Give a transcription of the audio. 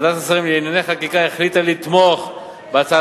ועדת השרים לענייני חקיקה החליטה לתמוך בהצעת